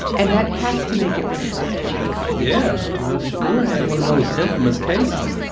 and that has to make it really hard to change yeah. well, shakur had one of those infamous cases.